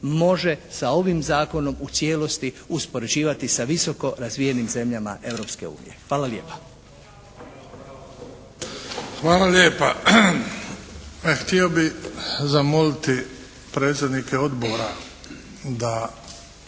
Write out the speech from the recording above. može sa ovim zakonom u cijelosti uspoređivati sa visoko razvijenim zemljama Europske unije. Hvala lijepa. **Bebić, Luka (HDZ)** Hvala lijepa. Htio bih zamoliti predsjednike odbora da